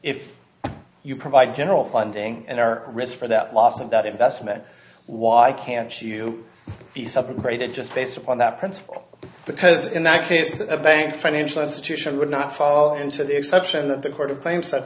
if you provide general funding and our risk for that loss of that investment why can't you be separated just based upon that principle because in that case the bank financial institution would not fall into the exception that the court of claims set